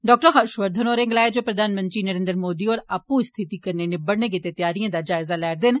doctor Harsh Vardhan होरें गलाया जे प्रधानमंत्री नरेन्द्र मोदी होर आपू इस स्थिति कन्नै निबड़ने गितै त्यारियें दा जायजा लै रदे न